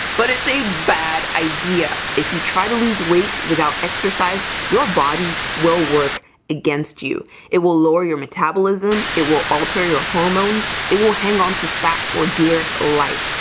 but it's a bad idea if you try to lose weight without exercise your body will work against you it will lower your metabolism it will alter your hormones it will hang on to fat for dear life.